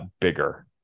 bigger